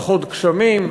פחות גשמים.